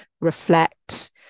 reflect